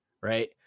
Right